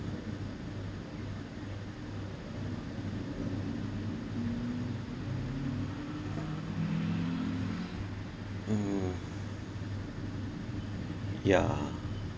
mm yeah